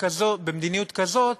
במדינה כזו,